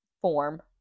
form